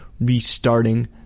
restarting